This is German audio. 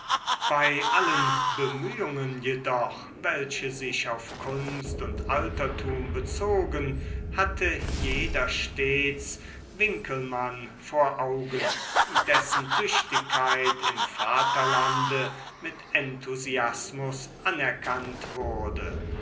bei allen bemühungen jedoch welche sich auf kunst und altertum bezogen hatte jeder stets winckelmann vor augen dessen tüchtigkeit im vaterlande mit enthusiasmus anerkannt wurde